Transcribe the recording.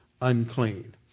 unclean